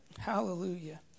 Hallelujah